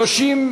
הצעת